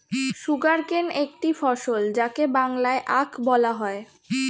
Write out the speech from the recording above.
sugarcane একটি ফসল যাকে বাংলায় আখ বলা হয়